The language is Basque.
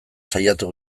saiatu